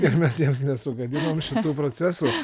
ir mes jiems nesugadinom šitų procesų